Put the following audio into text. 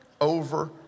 over